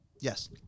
Yes